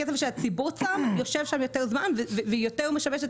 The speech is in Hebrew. שהציבור שם יושב שם יותר זמן ומשמש יותר את